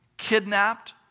kidnapped